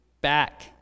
back